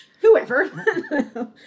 Whoever